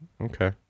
Okay